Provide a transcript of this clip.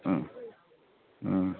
হুম হুম